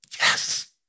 yes